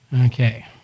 Okay